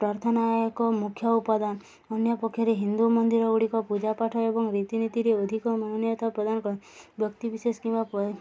ପ୍ରାର୍ଥନାୟକ ମୁଖ୍ୟ ଉପାଦାନ ଅନ୍ୟ ପକ୍ଷରେ ହିନ୍ଦୁ ମନ୍ଦିର ଗୁଡ଼ିକ ପୂଜା ପାଠ ଏବଂ ରୀତିନୀତିରେ ଅଧିକ ମନୁନୀୟତା ପ୍ରଦାନ କରି ବ୍ୟକ୍ତିବିଶେଷ କିମ୍ବା